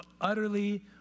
utterly